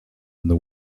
and